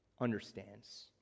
understands